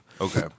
Okay